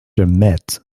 met